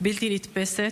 בלתי נתפסת,